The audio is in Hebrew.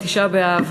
לתשעה באב.